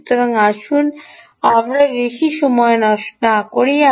সুতরাং আসুন আমরা বেশি সময় নষ্ট না করি